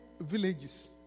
villages